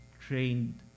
trained